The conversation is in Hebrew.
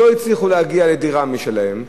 שהם לא הצליחו להגיע לדירה משלהם.